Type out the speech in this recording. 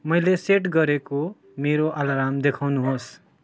मैले सेट गरेको मेरो अलार्म देखाउनुहोस्